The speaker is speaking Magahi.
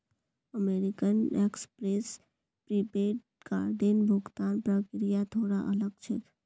अमेरिकन एक्सप्रेस प्रीपेड कार्डेर भुगतान प्रक्रिया थोरा अलग छेक